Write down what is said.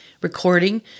recording